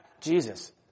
Jesus